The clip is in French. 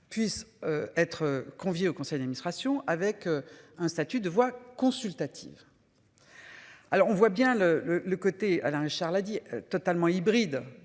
Puissent être conviés au conseil d'administration avec un statut de voix consultative. Alors on voit bien le le le côté Alain Richard là dit totalement hybride